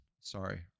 Sorry